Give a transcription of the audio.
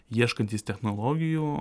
ieškantys technologijų